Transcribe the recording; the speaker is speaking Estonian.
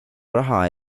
raha